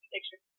Picture